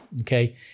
okay